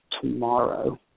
tomorrow